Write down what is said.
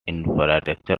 infrastructure